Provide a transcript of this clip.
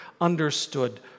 understood